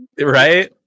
Right